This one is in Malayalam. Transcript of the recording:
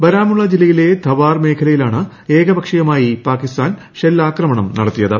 ബരാമുള്ള ജില്ലയിലെ ധവാർ മേഖലയിലാണ് ഏകപക്ഷീയമായി പാകിസ്ഥാൻ ഷെല്ലാക്രമണം നടത്തിയത്